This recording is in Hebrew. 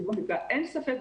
אין ספק,